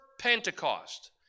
Pentecost